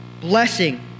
blessing